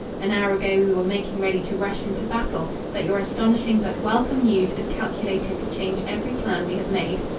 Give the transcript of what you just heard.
an hour ago we were making ready to rush into battle but your astonishing but welcome news is calculated to change every plan we have made.